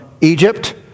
Egypt